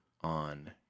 on